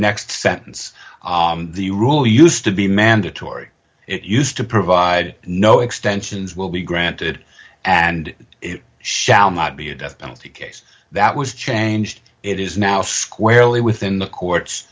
next sentence the rule used to be mandatory it used to provide no extensions will be granted and it shall not be a death penalty case that was changed it is now squarely within the court